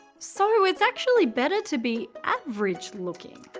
so, it's actually better to be average looking.